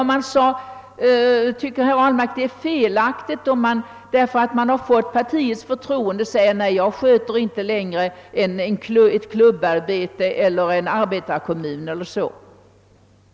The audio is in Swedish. Skall man vidare, därför att man har fått partiets förtroende, avstå från att sköta ett politiskt klubbarbete, en arbetarkommun etc.?